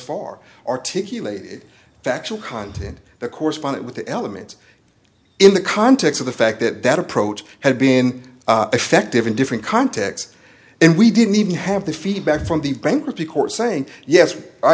far articulate factual content the correspondent with the elements in the context of the fact that that approach had been effective in different contexts and we didn't even have the feedback from the bankruptcy court saying yes i